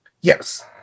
Yes